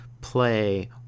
play